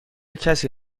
کسی